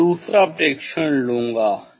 मैं दूसरा प्रेक्षण लूंगा